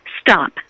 STOP